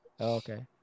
Okay